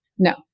No